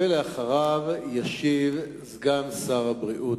ואחריו ישיב סגן שר הבריאות.